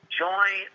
join